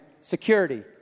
security